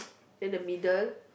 then the middle